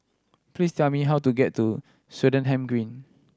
please tell me how to get to Swettenham Green